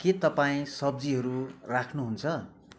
के तपाईँ सब्जीहरू राख्नुहुन्छ